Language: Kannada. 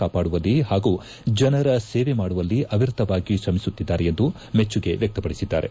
ಕಾಪಾಡುವಲ್ಲಿ ಪಾಗೂ ಜನರ ಸೇವೆ ಮಾಡುವಲ್ಲಿ ಅವಿರತವಾಗಿ ತ್ರಮಿಸುತ್ತಿದ್ದಾರೆ ಎಂದು ಮೆಚ್ಚುಗೆ ವ್ನ ಕ್ಷಪಡಿಸಿದ್ದಾರೆ